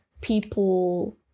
people